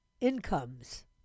incomes